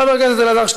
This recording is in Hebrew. חבר הכנסת אראל מרגלית,